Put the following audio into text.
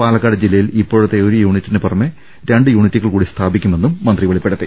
പാലക്കാട് ജില്ലയിൽ ഇപ്പോഴത്തെ ഒരു യൂണിറ്റിന് പുറമെ രണ്ട് യൂണിറ്റുകൾ കൂടി സ്ഥാപിക്കുമെന്ന് മന്ത്രി വെളിപ്പെടുത്തി